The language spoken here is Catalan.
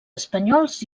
espanyols